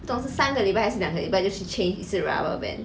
都是三个礼拜还是两个礼拜都去 change 一次 rubber band